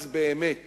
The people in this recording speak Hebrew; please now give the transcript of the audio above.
אז באמת